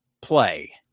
play